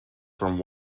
from